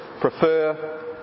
prefer